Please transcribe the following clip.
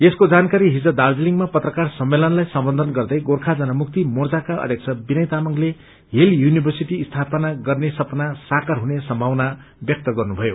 यसको जानकारी छिज दार्जीलिङमा पत्रकार सम्मेलनलाई सम्बोषन गर्दे गोर्खा जनमुक्ति मोर्चाका अध्यक्ष विनय तामंगले छित युनिर्भसिदी स्थापना गर्ने सपना साकार हुने संभावा व्यक्त गर्नुभयो